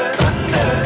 Thunder